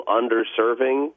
underserving